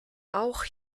auch